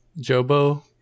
Jobo